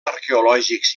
arqueològics